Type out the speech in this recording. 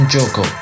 Joko